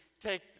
take